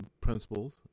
principles